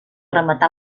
rematar